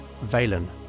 Valen